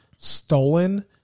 Stolen